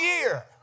year